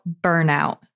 burnout